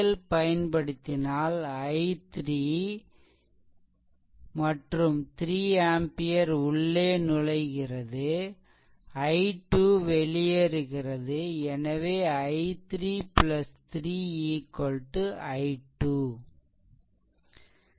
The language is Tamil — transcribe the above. KCL பயன்படுத்தினால் I3 3 ஆம்பியர் உள்ளே நுழைகிறது i2 வெளியேறுகிறது எனவே I3 3 I2